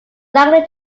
likely